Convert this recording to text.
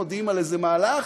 מודיעים על איזה מהלך,